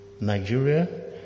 Nigeria